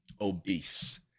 obese